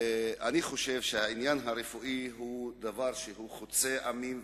העניין הרפואי הוא חוצה עמים,